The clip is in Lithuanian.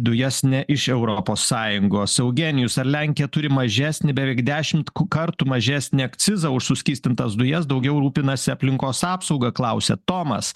dujas ne iš europos sąjungos eugenijus ar lenkija turi mažesnį beveik dešimt ku kartų mažesnį akcizą už suskystintas dujas daugiau rūpinasi aplinkos apsauga klausia tomas